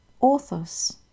authors